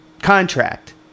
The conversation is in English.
Contract